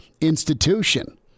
institution